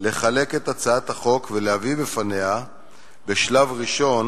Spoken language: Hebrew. לחלק את הצעת החוק ולהביא בפניה בשלב הראשון